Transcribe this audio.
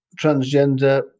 transgender